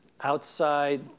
outside